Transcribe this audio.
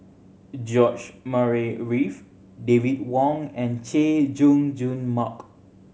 George Murray Reith David Wong and Chay Jung Jun Mark